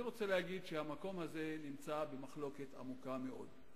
אני רוצה להגיד שהמקום הזה נמצא במחלוקת עמוקה מאוד,